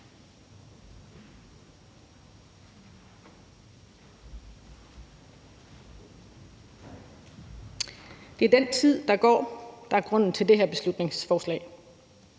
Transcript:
Det er den tid, der går, der er grunden til det her beslutningsforslag.